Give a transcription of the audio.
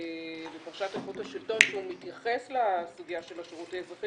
בפרשת איכות השלטון שהוא מתייחס לסוגיה של השירות האזרחי